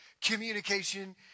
communication